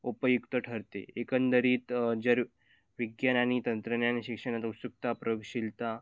उपयुक्त ठरते एकंदरीत जर विज्ञान आणि तंत्रज्ञान शिक्षणात उत्सुकता प्रयोगशीलता